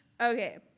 Okay